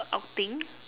outing